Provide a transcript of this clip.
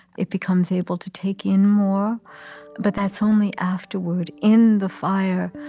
it becomes able to take in more but that's only afterward. in the fire,